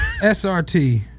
SRT